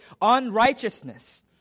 unrighteousness